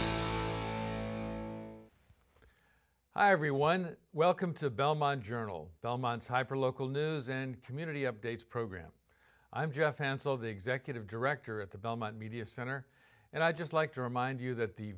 higher everyone welcome to belmont journal belmont's hyper local news and community updates program i'm jeff tensile the executive director at the belmont media center and i'd just like to remind you that the